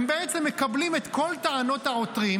הם בעצם מקבלים את כל טענות העותרים,